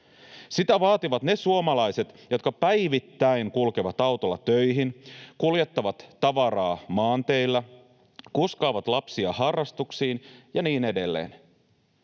Sitä vaativat ne suomalaiset, jotka päivittäin kulkevat autolla töihin, kuljettavat tavaraa maanteillä, kuskaavat lapsia harrastuksiin ja niin edelleen.